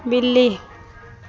बिल्ली